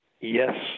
Yes